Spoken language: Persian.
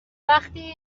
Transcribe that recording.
وقتی